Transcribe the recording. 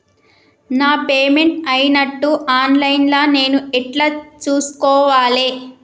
నా పేమెంట్ అయినట్టు online లా నేను ఎట్ల చూస్కోవాలే?